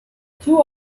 two